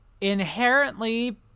inherently